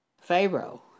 Pharaoh